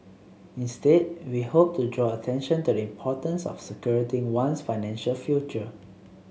instead we hoped to draw attention to the importance of securing one's financial future